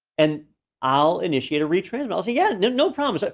and i'll initiate a retransmit, i'll say yeah, no no problem. but